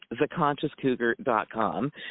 theconsciouscougar.com